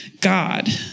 God